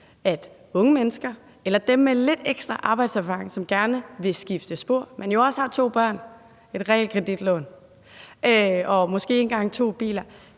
at unge mennesker eller dem med lidt ekstra arbejdserfaring, som gerne vil skifte spor, men også har to børn, et realkreditlån og måske ikke engang to biler,